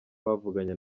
bavuganye